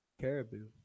Caribou